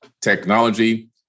technology